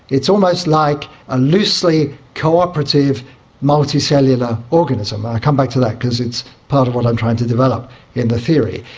it's almost like a loosely cooperative multicellular organism, and i'll come back to that because it's part of what i'm trying to develop in the theory.